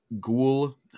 Ghoul